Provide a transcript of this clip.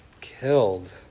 killed